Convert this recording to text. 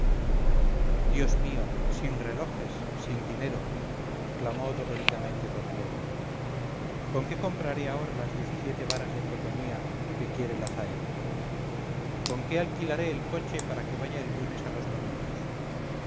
dios mío sin relojes sin dinero clamó doloridamente d diego con qué compraré ahora las diez y siete varas de cotonía que quiere la zaina con qué alquilaré el coche para que vaya el lunes a los novillos